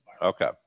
Okay